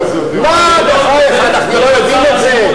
מה, בחייך, אנחנו לא יודעים את זה?